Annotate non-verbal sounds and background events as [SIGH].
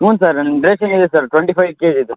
ಹ್ಞೂ ಸರ್ [UNINTELLIGIBLE] ಇದೆ sir twenty five ಕೆ ಜಿದು